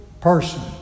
person